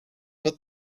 but